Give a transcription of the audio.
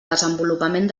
desenvolupament